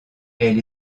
elle